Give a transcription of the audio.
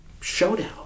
showdown